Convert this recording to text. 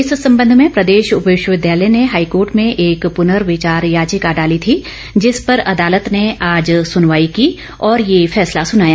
इस संबंध में प्रदेश विश्वविद्यालय ने हाईकोर्ट में एक प्रनर्विचार याचिका डाली थी जिस पर अदालत ने आज सुनवाई की और ये फैसला सुनाया